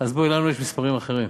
אז בואי, לנו יש מספרים אחרים.